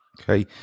Okay